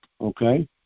okay